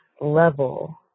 level